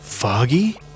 Foggy